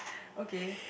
okay